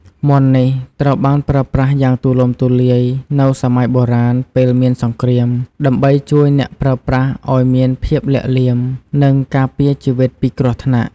មន្តនេះត្រូវបានប្រើប្រាស់យ៉ាងទូលំទូលាយនៅសម័យបុរាណពេលមានសង្គ្រាម ដើម្បីជួយអ្នកប្រើប្រាស់ឲ្យមានភាពលាក់លៀម និងការពារជីវិតពីគ្រោះថ្នាក់។